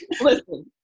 Listen